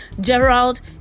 Gerald